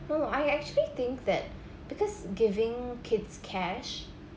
so I actually think that because giving kids cash